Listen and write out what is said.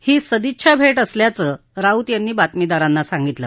ही सदिच्छा भेट असल्याचं राऊत यांनी बातमीदारांना सांगितलं